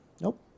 Nope